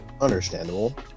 Understandable